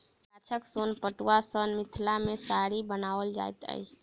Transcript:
गाछक सोन पटुआ सॅ मिथिला मे साड़ी बनाओल जाइत छल